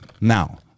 now